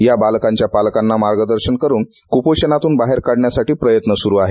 या बालकांच्या पालकांना मार्गदर्शन करून कुपोषणातून बाहेर काढण्यासाठी प्रयत्न सुरू आहेत